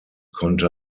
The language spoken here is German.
konnte